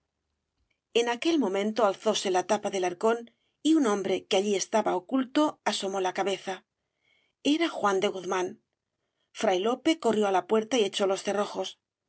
en aquel momento alzóse la tapa del arcón y un hombre que allí estaba oculto asomó la cabeza era juan de guzmán fray lope corrió á la puerta y echó los cerrojos